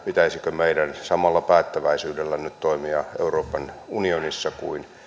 pitäisikö meidän samalla päättäväisyydellä nyt toimia euroopan unionissa kuin